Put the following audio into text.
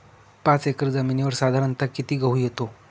पाच एकर जमिनीवर साधारणत: किती गहू येतो?